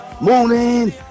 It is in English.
morning